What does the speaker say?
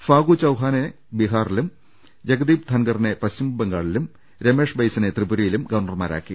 ഫാഗു ചൌഹാനെ ബീഹാറിലും ജഗ്ദീപ് ധൻകറിനെ പശ്ചിമബംഗാളിലും രമേശ് ബൈസിനെ ത്രിപുരയിലും ഗവർണർമാരാക്കി